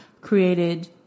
created